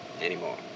anymore